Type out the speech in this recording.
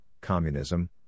communism